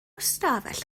ystafell